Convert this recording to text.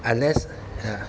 unless uh